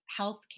healthcare